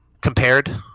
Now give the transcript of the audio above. compared